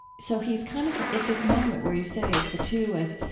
so he's kind of, at this moment, where you say as the two, as,